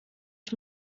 ich